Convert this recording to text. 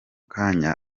kanya